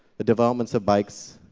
the development of bikes.